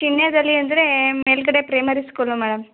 ಕಿನ್ಯದಲ್ಲಿ ಅಂದ್ರೆ ಮೇಲುಗಡೆ primary school madam